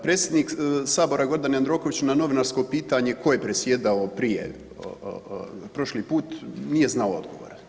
Predsjednik Sabora Gordan Jandroković na novinarsko pitanje, tko je predsjedao prije prošli put nije znao odgovor.